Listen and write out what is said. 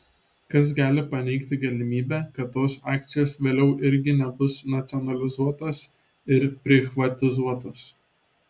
kas gali paneigti galimybę kad tos akcijos vėliau irgi nebus nacionalizuotos ir prichvatizuotos